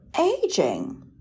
aging